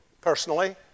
personally